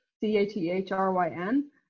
C-A-T-H-R-Y-N